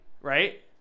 right